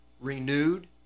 renewed